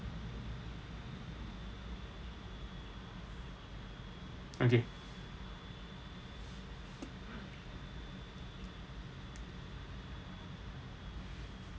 okay